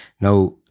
Now